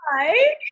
Hi